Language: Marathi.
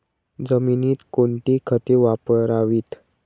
जमिनीत कोणती खते वापरावीत?